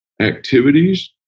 activities